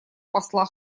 посла